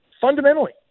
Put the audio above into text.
fundamentally